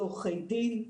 לעורכי דין?